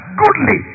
goodly